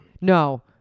No